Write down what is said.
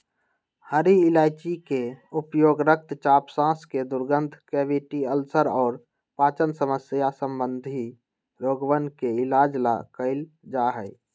हरी इलायची के उपयोग रक्तचाप, सांस के दुर्गंध, कैविटी, अल्सर और पाचन समस्या संबंधी रोगवन के इलाज ला कइल जा हई